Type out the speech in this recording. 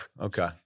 okay